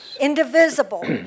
indivisible